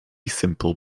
simple